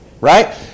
right